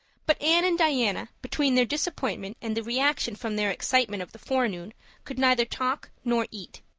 but anne and diana, between their disappointment and the reaction from their excitement of the forenoon, could neither talk nor eat.